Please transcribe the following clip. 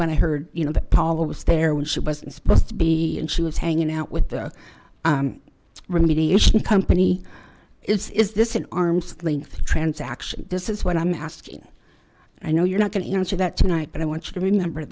when i heard you know that paul was there when she was supposed to be and she was hanging out with the remediation company is is this an arm's length transaction this is what i'm asking i know you're not going to answer that tonight but i want you to remember